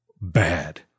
bad